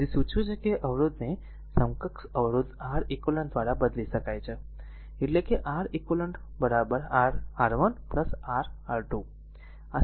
તેથી સૂચવે છે કે અવરોધને સમકક્ષ અવરોધ R eq દ્વારા બદલી શકાય છે એટલે કે R eq r R1 R2 આ સમીકરણ 25 છે